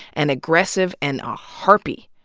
and aggressive, and a harpy.